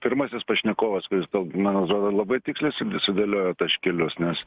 pirmasis pašnekovas kuris gal man atrodo labai tiksliai du sudėliojo taškelius nes